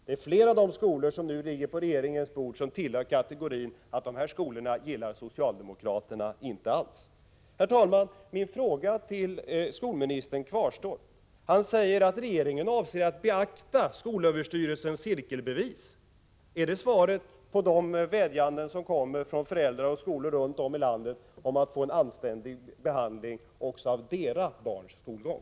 Det är flera av de skolor vilkas ansökningar nu ligger på regeringens bord som tillhör den kategori som socialdemokraterna inte alls gillar. Herr talman! Min fråga till skolministern kvarstår. Han säger att regeringen avser att beakta skolöverstyrelsens cirkelbevis. Är det svaret på de vädjanden som kommer från föräldrar och skolor runt om i landet om en anständig behandling också av deras barns skolgång?